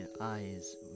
eyes